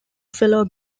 fellow